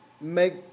make